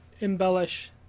embellish